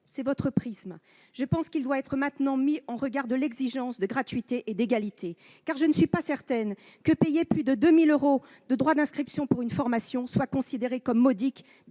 C'est votre prisme. Mais la question doit être également examinée au regard de l'exigence de gratuité et d'égalité. Je ne suis pas certaine que payer plus de 2 000 euros de frais d'inscription pour une formation soit une somme modique